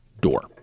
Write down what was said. door